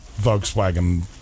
Volkswagen